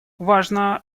важно